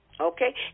Okay